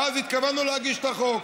ואז התכוונו להגיש את החוק.